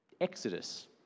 exodus